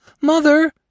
Mother